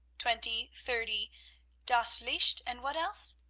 twenty, thirty das licht, and what else?